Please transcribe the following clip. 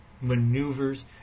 maneuvers